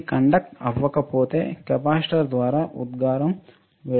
ఇది కండక్ట అవ్వకపోతే కెపాసిటర్ ద్వారా ఉత్సర్గo విడుదల చేయలేము